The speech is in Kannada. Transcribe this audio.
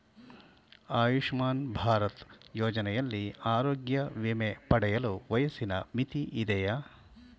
ಆಯುಷ್ಮಾನ್ ಭಾರತ್ ಯೋಜನೆಯಲ್ಲಿ ಆರೋಗ್ಯ ವಿಮೆ ಪಡೆಯಲು ವಯಸ್ಸಿನ ಮಿತಿ ಇದೆಯಾ?